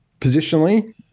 positionally